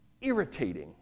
irritating